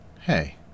Hey